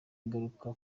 ingaruka